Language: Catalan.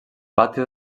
pati